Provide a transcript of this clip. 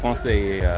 ah say